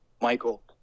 Michael